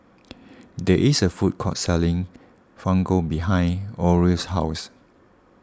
there is a food court selling Fugu behind Orie's house